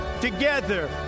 together